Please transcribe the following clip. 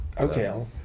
Okay